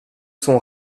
son